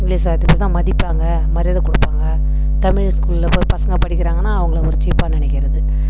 English வார்த்தை பேசுனா தான் மதிப்பாங்க மரியாதை கொடுப்பாங்க தமிழை ஸ்கூலில் போய் பசங்க படிக்கிறாங்கன்னா அவங்கள ஒரு சீப்பாக நினைக்கிறது